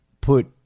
put